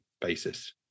basis